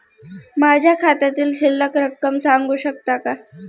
माझ्या खात्यातील शिल्लक रक्कम सांगू शकता का?